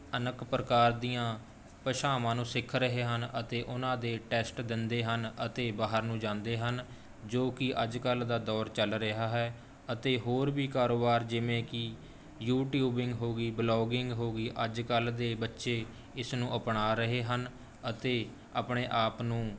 ਅਨੇਕ ਪ੍ਰਕਾਰ ਦੀਆਂ ਭਾਸ਼ਾਵਾਂ ਨੂੰ ਸਿੱਖ ਰਹੇ ਹਨ ਅਤੇ ਉਹਨਾਂ ਦੇ ਟੈਸਟ ਦਿੰਦੇ ਹਨ ਅਤੇ ਬਾਹਰ ਨੂੰ ਜਾਂਦੇ ਹਨ ਜੋ ਕਿ ਅੱਜ ਕੱਲ੍ਹ ਦਾ ਦੌਰ ਚੱਲ ਰਿਹਾ ਹੈ ਅਤੇ ਹੋਰ ਵੀ ਕਾਰੋਬਾਰ ਜਿਵੇਂ ਕਿ ਯੂਟੀਊਬਿੰਗ ਹੋ ਗਈ ਬਲੌਗਿੰਗ ਹੋ ਗਈ ਅੱਜ ਕੱਲ੍ਹ ਦੇ ਬੱਚੇ ਇਸਨੂੰ ਅਪਣਾ ਰਹੇ ਹਨ ਅਤੇ ਆਪਣੇ ਆਪ ਨੂੰ